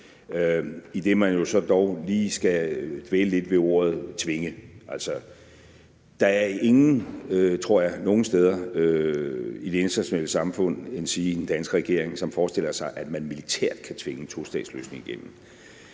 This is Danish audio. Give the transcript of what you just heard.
idet man jo så dog lige skal dvæle lidt ved ordet tvinge. Altså, der er ingen nogen steder, tror jeg, i det internationale samfund endsige i den danske regering, som forestiller sig, at man militært kan tvinge en tostatsløsning igennem.